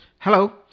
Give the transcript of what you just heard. Hello